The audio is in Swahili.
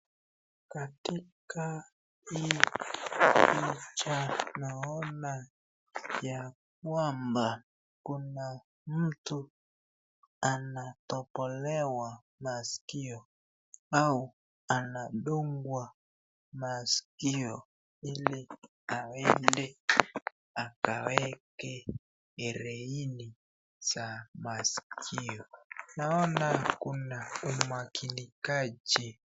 Naona yakwamba kuna mtu anatobolewa maskio au anadungwa maskio ili aende akaweke hereni za maskio. Naona kuna umakinikaji.